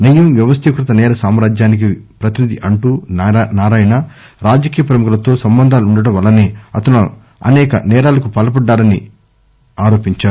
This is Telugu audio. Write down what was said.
నయీం వ్యవస్థీక ృత నేర స్కామాజ్యానికి ప్రతినిధి అంటూ నారాయణ రాజకీయ ప్రముఖులతో సంబంధాలు ఉ ండటం వల్లనే అతను అనేక నేరాలకు పాల్పడ్డారని ఆరోపించారు